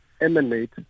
emanate